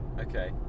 Okay